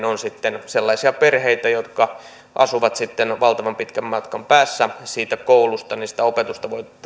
on sellaisia perheitä jotka asuvat valtavan pitkän matkan päässä koulusta niin sitä opetusta